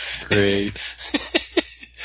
Great